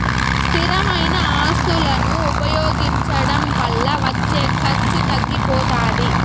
స్థిరమైన ఆస్తులను ఉపయోగించడం వల్ల వచ్చే ఖర్చు తగ్గిపోతాది